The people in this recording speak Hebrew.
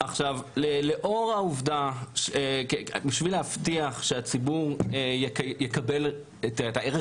על מנת להבטיח שהציבור יקבל את הערך